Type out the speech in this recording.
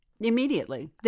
Immediately